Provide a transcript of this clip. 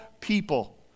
people